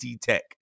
Tech